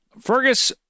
Fergus